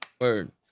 Word